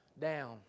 down